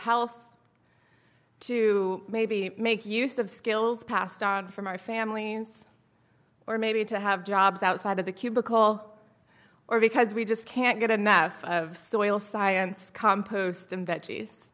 health to maybe make use of skills passed on from our families or maybe to have jobs outside of the cubicle or because we just can't get enough of soil science compost and veggies